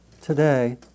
today